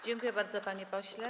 Dziękuję bardzo, panie pośle.